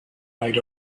right